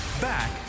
Back